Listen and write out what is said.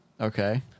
Okay